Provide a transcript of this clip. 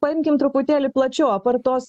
paimkim truputėlį plačiau apart tos